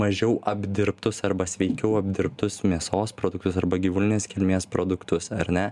mažiau apdirbtus arba sveikiau apdirbtus mėsos produktus arba gyvulinės kilmės produktus ar ne